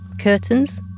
Curtains